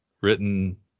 written